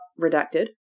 redacted